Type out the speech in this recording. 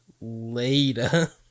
later